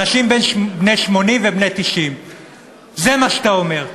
אנשים בני 80 ובני 90. זה מה שאתה אומר.